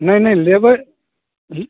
नहि नहि लेबै हूँ